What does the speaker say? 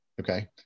Okay